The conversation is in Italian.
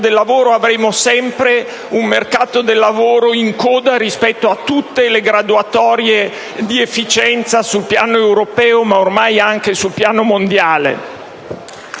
del lavoro, avremo sempre un mercato del lavoro in coda rispetto a tutte le graduatorie di efficienza sul piano europeo, ma ormai anche su quello mondiale.